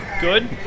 Good